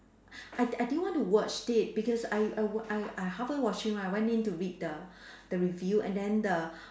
I I didn't want to watch it because I I were I I halfway watching right I went in to read the the review and then the